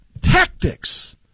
tactics